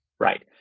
Right